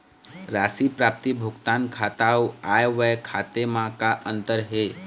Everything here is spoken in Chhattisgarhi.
राशि प्राप्ति भुगतान खाता अऊ आय व्यय खाते म का अंतर हे?